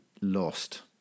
lost